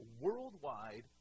worldwide